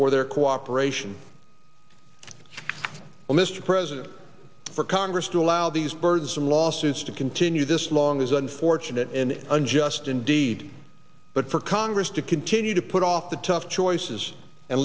for their cooperation well mr president for congress to allow these birds and losses to continue this long is unfortunate and unjust indeed but for congress to continue to put off the tough choices and